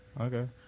Okay